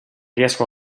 riesco